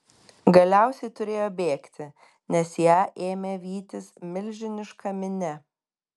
galiausiai turėjo bėgti nes ją ėmė vytis milžiniška minia